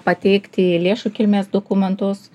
pateikti lėšų kilmės dokumentus